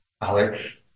Alex